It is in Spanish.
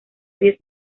diez